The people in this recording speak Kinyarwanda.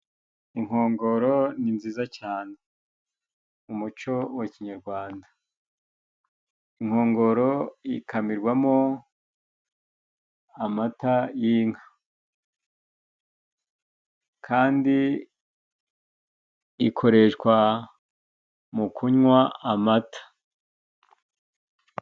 Inkongoro ni nziza cyane mu muco wa kinyarwanda ,inkongoro ikamirwamo amata y'inka kandi ikoreshwa mu kunywa amata.